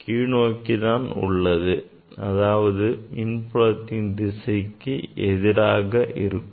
கீழ்நோக்கி தான் உள்ளது அதாவது மின்புலத்தின் திசைக்கு எதிராக இருக்கும்